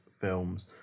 films